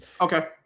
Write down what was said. okay